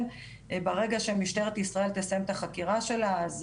ברגע שמשטרת ישראל תסיים את החקירה שלה אז